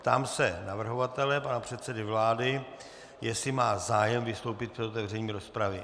Ptám se navrhovatele, pana předsedy vlády, jestli má zájem vystoupit před otevřením rozpravy.